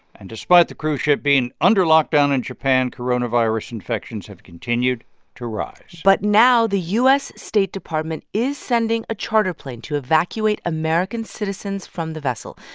and despite the cruise ship being under lockdown in japan coronavirus infections have continued to rise but now the u s. state department is sending a chartered plane to evacuate american citizens from the vessel.